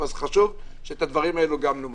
חשוב שאת הדברים האלה גם נאמר.